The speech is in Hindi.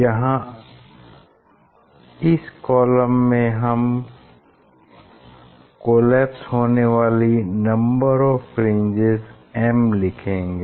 यहाँ इस कॉलम में हम कोलैप्स होने वाली नम्बर ऑफ़ फ्रिंजेस m लिखेंगे